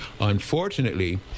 Unfortunately